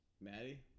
Maddie